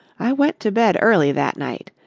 i went to bed early that night.